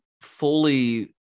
fully